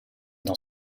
dans